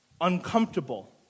uncomfortable